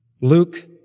Luke